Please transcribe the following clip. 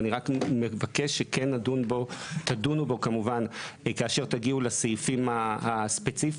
אני רק מבקש שכן תדונו בו כמובן כאשר תגיעו לסעיפים הספציפיים,